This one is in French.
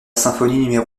symphonie